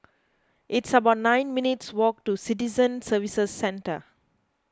it's about nine minutes' walk to Citizen Services Centre